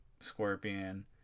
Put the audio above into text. Scorpion